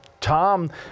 Tom